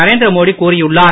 நரேந்திர மோடி கூறியுள்ளார்